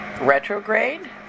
retrograde